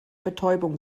betäubung